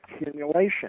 accumulation